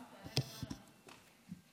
גברתי היושבת-ראש,